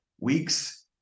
weeks